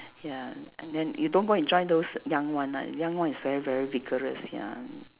ya and then you don't go and join those young one lah young one is very very vigorous ya